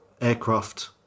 aircraft